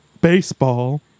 Baseball